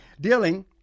dealing